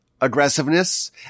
aggressiveness